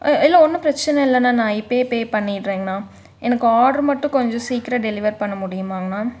இல்லை ஒன்றும் பிரச்சனை இல்லைண்ணா நான் இப்போயே பே பண்ணிட்றேங்ண்ணா எனக்கு ஆர்டர் மட்டும் கொஞ்சம் சீக்கரம் டெலிவர் பண்ண முடியுமாங்ண்ணா